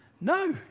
no